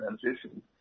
transition